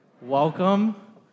Welcome